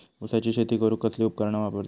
ऊसाची शेती करूक कसली उपकरणा वापरतत?